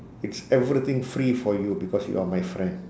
it's everything free for you because you are my friend